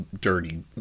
dirty